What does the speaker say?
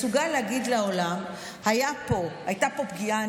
מסוגל להגיד לעולם: הייתה פה פגיעה,